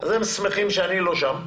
הרי הם שמחים שאני לא שם.